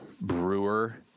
Brewer